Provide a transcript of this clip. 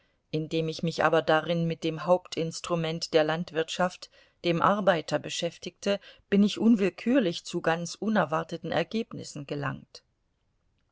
indem ich mich aber darin mit dem hauptinstrument der landwirtschaft dem arbeiter beschäftigte bin ich unwillkürlich zu ganz unerwarteten ergebnissen gelangt